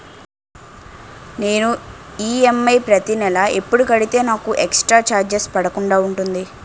నేను ఈ.ఎం.ఐ ప్రతి నెల ఎపుడు కడితే నాకు ఎక్స్ స్త్ర చార్జెస్ పడకుండా ఉంటుంది?